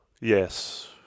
Yes